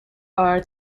are